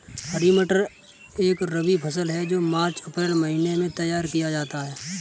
हरी मटर एक रबी फसल है जो मार्च अप्रैल महिने में तैयार किया जाता है